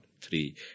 Three